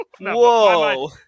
whoa